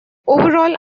overall